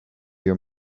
your